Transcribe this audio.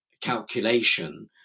calculation